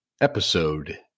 Episode